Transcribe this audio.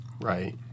Right